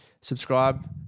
Subscribe